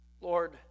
Lord